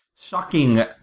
Shocking